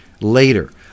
later